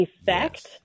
effect